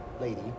lady